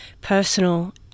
personal